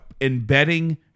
embedding